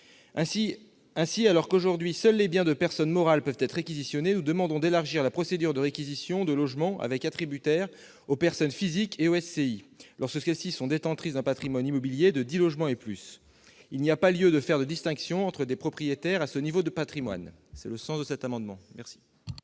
Ainsi, alors qu'aujourd'hui seuls les biens de personnes morales peuvent être réquisitionnés, nous demandons d'élargir la procédure de réquisition de logements avec attributaire aux personnes physiques et aux SCI lorsque celles-ci sont détentrices d'un patrimoine immobilier de dix logements et plus. Il n'y a pas lieu de faire une distinction entre propriétaires à ce niveau de patrimoine. Quel est l'avis de la commission ?